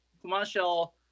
commercial